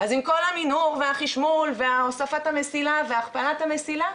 אז עם כל המנהור והחשמול והוספת המסילה והכפלת המסילה,